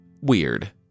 weird